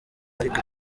ariko